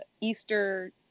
Easter